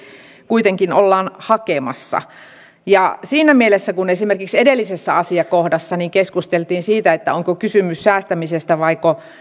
kuitenkin ollaan hakemassa siinä mielessä kun esimerkiksi edellisessä asiakohdassa keskusteltiin siitä onko kysymys säästämisestä vaiko